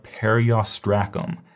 periostracum